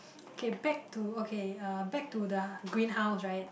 okay back to okay uh back to the green house right